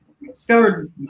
Discovered